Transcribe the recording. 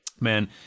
man